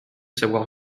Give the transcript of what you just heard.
savoir